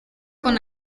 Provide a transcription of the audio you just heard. con